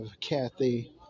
Kathy